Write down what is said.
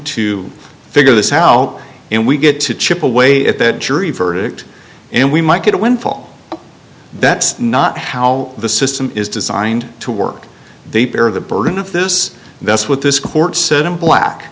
to figure this out and we get to chip away at that jury verdict and we might get a windfall that's not how the system is designed to work they bear the burden of this and that's what this court said and black